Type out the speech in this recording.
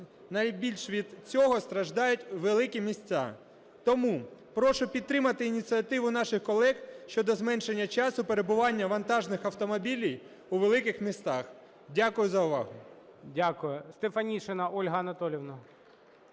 Найбільше від цього страждають великі міста. Тому прошу підтримати ініціативу наших колег щодо зменшення часу перебування вантажних автомобілів у великих містах. Дякую за увагу.